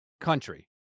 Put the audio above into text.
country